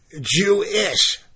Jewish